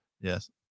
Yes